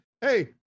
Hey